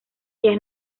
ellas